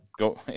Go